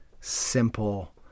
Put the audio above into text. simple